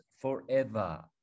forever